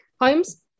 Holmes